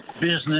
business